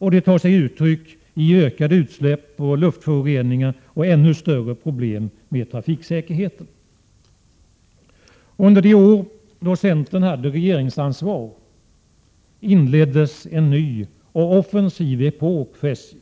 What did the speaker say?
Detta tar sig nu uttryck i ökade utsläpp och luftföroreningar och ännu större problem med trafiksäkerheten. Under de år då centern hade regeringsansvar inleddes en ny och offensiv epok för SJ.